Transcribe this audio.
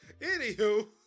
Anywho